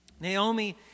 Naomi